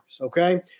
Okay